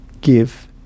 give